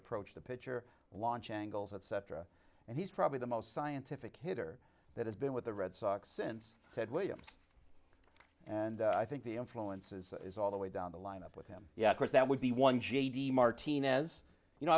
approach the pitcher launch angles etc and he's probably the most scientific hitter that has been with the red sox since ted williams and i think the influences is all the way down the line up with him yeah of course that would be one j d martinez you know